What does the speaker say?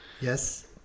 yes